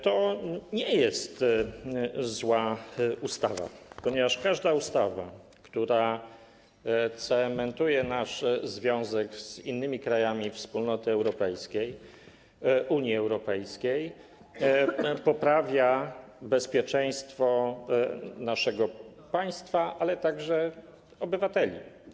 To nie jest zła ustawa, ponieważ każda ustawa, która cementuje nasz związek z innymi krajami Wspólnoty Europejskiej, Unii Europejskiej, poprawia bezpieczeństwo naszego państwa, ale także obywateli.